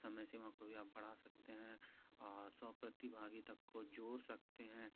समय सीमा को भी आप बढ़ा सकते हैं और सौ प्रतिभागी तक को जोड़ सकते हैं